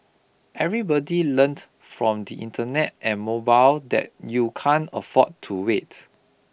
everybody learned from the Internet and mobile that you can't afford to wait